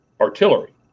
artillery